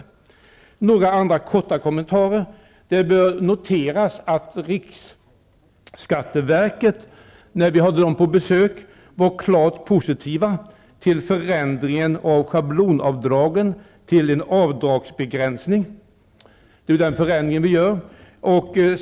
Låt mig göra några andra korta kommentarer. Det bör noteras att riksskatteverket när vi hade dem på besök var klart positiva till förändringen och omvandlingen av schablonavdragen till en avdragsbegränsning. Det är ju den förändringen vi föreslår.